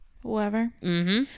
whoever